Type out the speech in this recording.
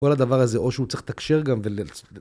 כל הדבר הזה, או שהוא צריך לתקשר גם ול...